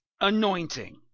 anointing